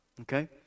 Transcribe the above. Okay